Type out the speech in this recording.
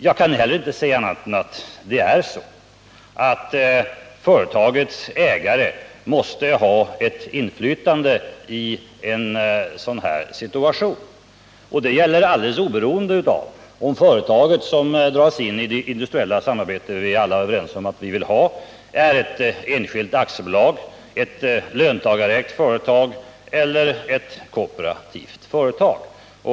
Jag kan inte heller se annat än att det är så, att ett företags ägare måste ha ett inflytande i en sådan här situation. Detta gäller alldeles oberoende av om företaget, som i det här fallet dras in i ett industriellt samarbete som vi alla är överens om, är ett enskilt aktiebolag, ett löntagarägt företag eller ett kooperativt företag.